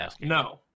No